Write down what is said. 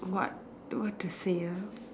what what to say uh